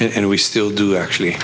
and we still do actually